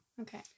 okay